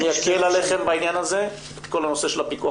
אני אזכיר לכם בעניין הזה את כל הנושא של הפיקוח